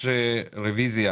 יש רוויזיה